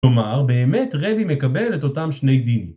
‫כלומר, באמת רבי מקבל ‫את אותם שני דין.